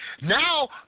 Now